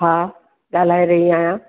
हा ॻाल्हाए रही आहियां